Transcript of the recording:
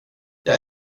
jag